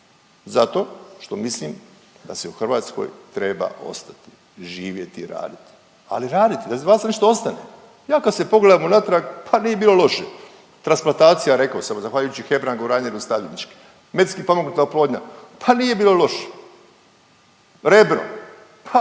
zato što mislim da se u Hrvatskoj treba ostati, živjeti i raditi, ali raditi … što ostane. Ja kad se pogledam unatrag pa nije bilo loše, transplantacija reko sam zahvaljujući Hebrangu, Reineru, …. Medicinski pomognuta oplodnja, pa nije bilo loše. Rebro,